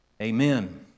Amen